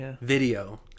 video